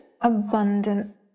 abundant